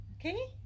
Okay